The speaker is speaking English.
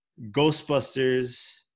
Ghostbusters